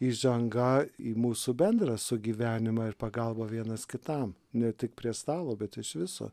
įžanga į mūsų bendrą sugyvenimą ir pagalbą vienas kitam ne tik prie stalo bet iš viso